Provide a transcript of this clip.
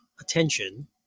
attention